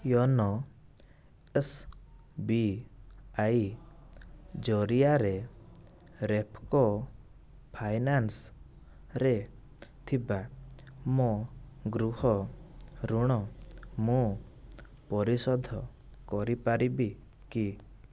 YONO S B I ଜରିଆରେ Repco finance ରେ ଥିବା ମୋ ଗୃହ ଋଣ ମୁଁ ପରିଶୋଧ କରିପାରିବି କି